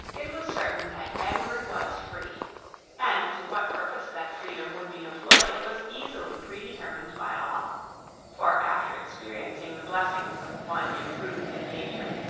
it was certain that edward was free and to what purpose that freedom would be employed was easily pre-determined by all for after experiencing the blessings of one imprudent engagement,